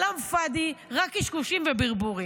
כלאם פאדי, רק קשקושים וברבורים.